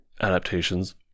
adaptations